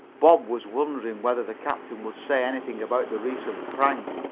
bob was wondering whether the captain would say anything about the recent prank,